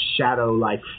shadow-like